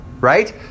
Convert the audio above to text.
right